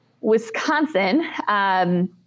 Wisconsin –